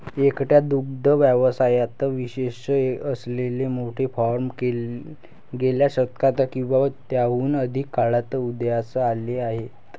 एकट्या दुग्ध व्यवसायात विशेष असलेले मोठे फार्म गेल्या शतकात किंवा त्याहून अधिक काळात उदयास आले आहेत